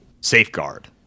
safeguard